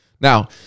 Now